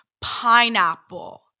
pineapple